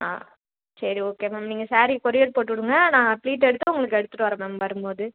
ஆ சரி okay ma'am நீங்கள் ஸேரீ கொரியர் போட்டு விடுங்க நான் ஃபிலீட் எடுத்து உங்களுக்கு எடுத்துகிட்டு வரேன் மேம் வரும்போது